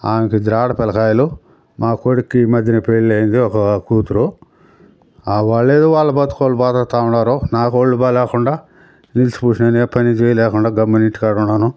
ఆమెకు ఇద్దరు ఆడ పిల్లకాయలు మా కొడుక్కి ఈ మధ్యనే పెళ్ళయింది ఒక కూతురు వాళ్ళు ఏదో వాళ్ళ బతుకు వాళ్ళు బతుకుతూ ఉన్నారు నాకు ఒళ్ళు బాగాలేకుండా లేచి కూర్చొని ఏ పని చెయ్యలేకుండా గమ్మున ఇంటి కాడ ఉన్నాను